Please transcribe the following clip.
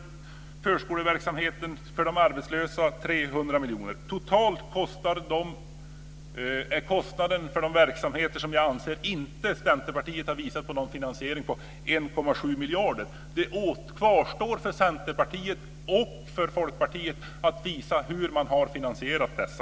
Kostnaden för förskoleverksamhet för barn till arbetslösa föräldrar är 300 miljoner. Totalt är kostnaden för de verksamheter som vi menar att Centerpartiet inte har visat på någon finansiering av 1,7 miljarder. Det kvarstår för Centerpartiet och Folkpartiet att visa hur man har finansierat detta.